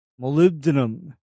molybdenum